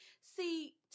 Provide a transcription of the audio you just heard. See